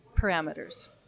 parameters